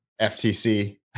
ftc